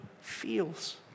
feels